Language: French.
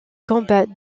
combats